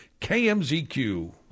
KMZQ